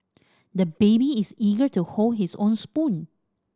the baby is eager to hold his own spoon